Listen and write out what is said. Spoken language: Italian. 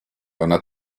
una